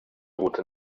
route